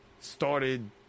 started